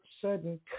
sudden